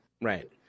right